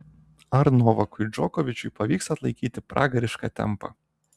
ar novakui džokovičiui pavyks atlaikyti pragarišką tempą